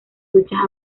duchas